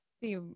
see